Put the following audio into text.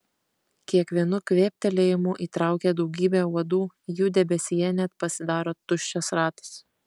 kiekvienu kvėptelėjimu įtraukia daugybę uodų jų debesyje net pasidaro tuščias ratas